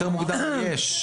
יותר מוקדם יש.